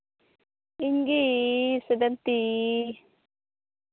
ᱤᱧ ᱜᱮ ᱥᱚᱫᱚᱱᱛᱤ